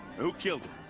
who killed him?